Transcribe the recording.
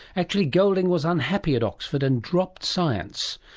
actually golding was unhappy at oxford and dropped science,